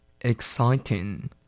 Exciting